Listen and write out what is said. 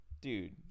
dude